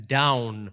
down